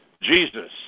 Jesus